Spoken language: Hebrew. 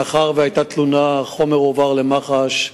מאחר שהיתה תלונה, החומר הועבר למח"ש.